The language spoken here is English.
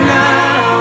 now